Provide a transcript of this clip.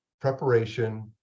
Preparation